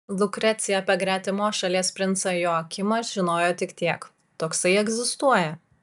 lukrecija apie gretimos šalies princą joakimą žinojo tik tiek toksai egzistuoja